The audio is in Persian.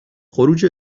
خروج